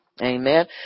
Amen